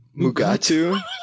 Mugatu